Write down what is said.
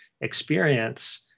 experience